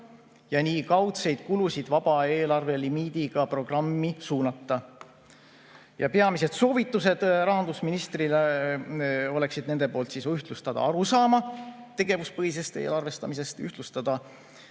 ja nii kaudseid kulusid vaba eelarvelimiidiga programmi suunata. Peamised soovitused rahandusministrile oleksid nende poolt: ühtlustada arusaama tegevuspõhisest eelarvestamisest, ühtlustada